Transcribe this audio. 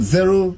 Zero